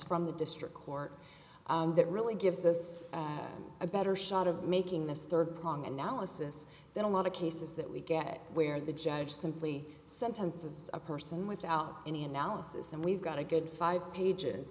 from the district court that really gives us a better shot of making this third prong analysis than a lot of cases that we get where the judge simply sentences a person without any analysis and we've got a good five pages